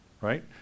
right